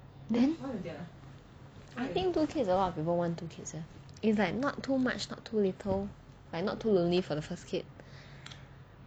then I think two kids a lot of people want two kids leh is like not too much not to little like not too lonely for the first kid